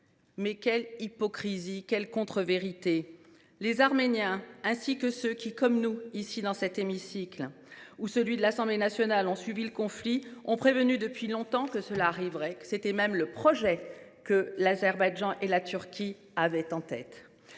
». Quelle hypocrisie ! Quelle contre vérité ! Les Arméniens, ainsi que ceux qui, comme nous, dans cet hémicycle ou dans celui de l’Assemblée nationale, ont suivi le conflit avaient prévenu depuis longtemps que cela arriverait. C’était même le projet que l’Azerbaïdjan et la Turquie avaient en tête.